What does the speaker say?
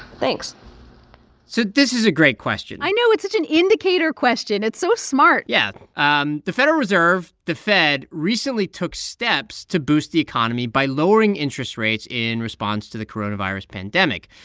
thanks so this is a great question i know. it's such an indicator question. it's so smart yes. yeah um the federal reserve, the fed, recently took steps to boost the economy by lowering interest rates in response to the coronavirus pandemic.